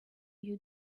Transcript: you